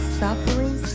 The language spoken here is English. suffering